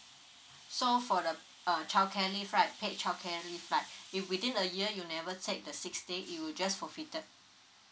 so for the uh childcare leave right paid childcare leave right if within a year you never take the six days you will just forfeited